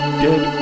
dead